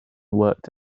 worked